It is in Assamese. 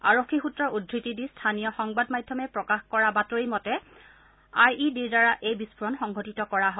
আৰক্ষী সূত্ৰৰ উদ্ধৃতি দি স্থানীয় সংমাধ মাধ্যমে প্ৰকাশ কৰা বাতৰি মতে আই ই ডিৰ দ্বাৰা এই বিস্ফোৰণ সংঘটিত কৰা হয়